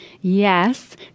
yes